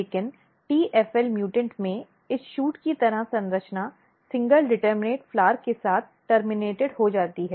लेकिन tfl mutant में इस शूट की तरह संरचना एकल डिटर्मनेट फूल के साथ टर्मिनेटेड हो जाती है